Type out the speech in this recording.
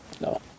No